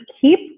keep